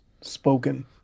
spoken